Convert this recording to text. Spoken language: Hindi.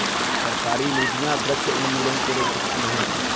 सरकारी नीतियां वृक्ष उन्मूलन को रोक सकती है